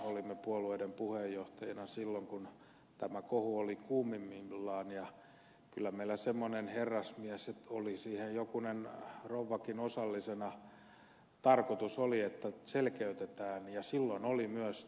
olimme puolueiden puheenjohtajina silloin kun tämä kohu oli kuumimmillaan ja kyllä meillä semmoinen herrasmiessopimus oli oli siihen jokunen rouvakin osallisena että selkeytetään ja silloin oli keskustelussa myös tämä kampanjakatto